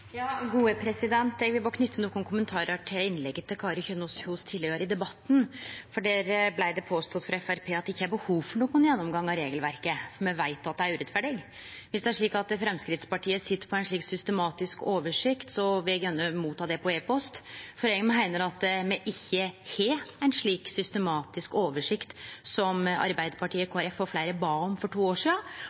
vil berre knyte nokre kommentarar til innlegget til Kari Kjønaas Kjos tidlegare i debatten, for der blei det påstått frå Framstegspartiet at det ikkje er behov for nokon gjennomgang av regelverket me veit er urettferdig. Viss Framstegspartiet sit på ei slik systematisk oversikt, vil eg gjerne motta denne på e-post, for eg meiner at me ikkje har ein slik systematisk oversikt – som Arbeidarpartiet, Kristeleg Folkeparti og fleire bad om for to år